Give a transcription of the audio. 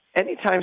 Anytime